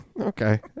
Okay